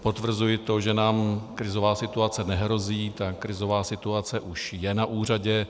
Potvrzuji to, že nám krizová situace nehrozí, ta krizová situace už je na úřadě.